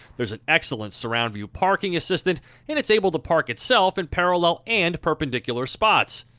there's an excellent surround view parking assistant and it's able to park itself in parallel and perpendicular spots.